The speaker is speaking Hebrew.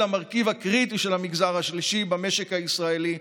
המרכיב הקריטי של המגזר השלישי במשק הישראלי,